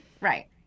right